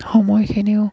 সময়খিনিও